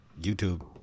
YouTube